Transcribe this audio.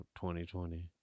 2020